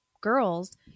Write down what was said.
girls